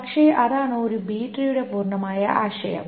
പക്ഷേ അതാണ് ഒരു ബി ട്രീയുടെ B tree പൂർണമായ ആശയം